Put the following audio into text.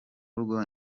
rugo